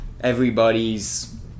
Everybody's